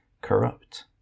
corrupt